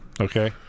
Okay